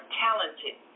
talented